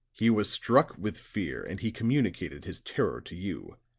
he was struck with fear, and he communicated his terror to you